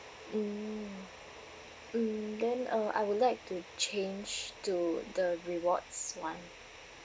mm mm then uh I would like to change to the rewards [one]